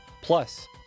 plus